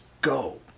go